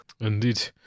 indeed